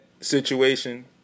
situation